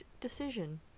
decision